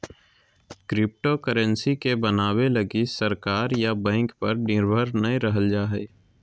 cryptocurrency के बनाबे लगी सरकार या बैंक पर निर्भर नय रहल जा हइ